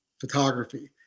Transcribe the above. photography